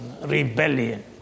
rebellion